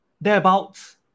thereabouts